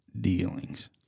dealings